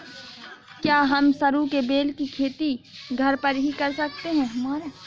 क्या हम सरू के बेल की खेती घर पर ही कर सकते हैं?